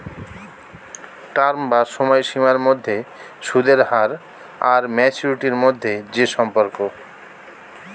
term বা সময়সীমার মধ্যে সুদের হার আর ম্যাচুরিটি মধ্যে যে সম্পর্ক